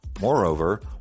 Moreover